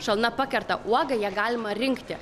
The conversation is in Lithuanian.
šalna pakerta uogą ją galima rinkti